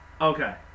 Okay